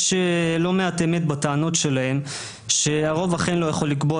יש לא מעט אמת בטענות שלהם שאכן הרוב לא יכול לקבוע,